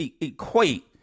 equate